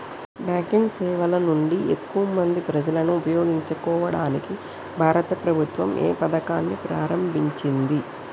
Banking సేవల నుండి ఎక్కువ మంది ప్రజలను ఉపయోగించుకోవడానికి భారత ప్రభుత్వం ఏ పథకాన్ని ప్రారంభించింది?